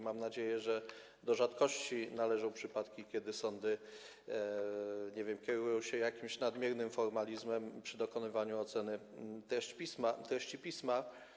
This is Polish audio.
Mam nadzieję, że do rzadkości należą przypadki, kiedy sądy, nie wiem, kierują się jakimś nadmiernym formalizmem przy dokonywaniu oceny treści pisma.